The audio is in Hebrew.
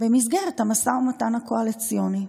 במסגרת המשא ומתן הקואליציוני.